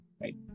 right